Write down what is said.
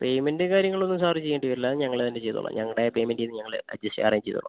പേയ്മെന്റും കാര്യങ്ങളുമൊന്നും സർ ചെയ്യേണ്ടിവരില്ല അത് ഞങ്ങൾ തന്നെ ചെയ്തോളാം ഞങ്ങടെ പേയ്മെന്റിന്നു ഞങ്ങൾ അഡ്ജസ്റ്റ് അറേഞ്ച് ചെയ്തോളാം